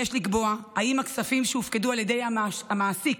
יש לקבוע אם הכספים שהופקדו על ידי המעסיק,